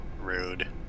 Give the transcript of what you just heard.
Rude